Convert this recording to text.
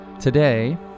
Today